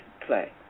play